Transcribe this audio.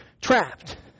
trapped